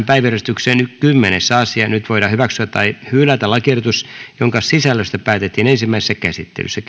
päiväjärjestyksen kymmenes asia nyt voidaan hyväksyä tai hylätä lakiehdotus jonka sisällöstä päätettiin ensimmäisessä käsittelyssä